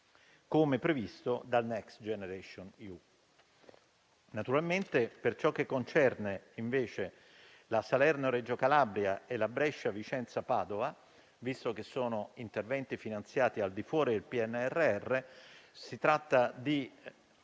come previsto dal Next generation EU.